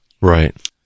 Right